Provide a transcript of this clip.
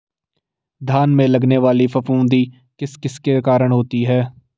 धान में लगने वाली फफूंदी किस किस के कारण होती है?